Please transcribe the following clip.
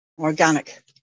organic